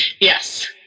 Yes